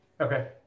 Okay